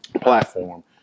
platform